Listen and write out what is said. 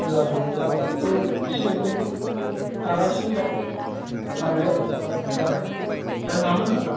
कमलाबो साफाटखौ एसे एनै खागासिनो दं खानाया बोसोरथामसिम जाबाय एह मामोन नोंथां